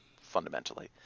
fundamentally